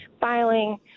filing